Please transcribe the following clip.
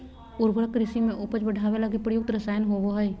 उर्वरक कृषि में उपज बढ़ावे लगी प्रयुक्त रसायन होबो हइ